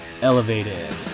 elevated